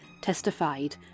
testified